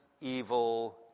evil